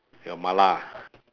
your mala ah